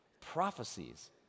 prophecies